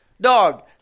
Dog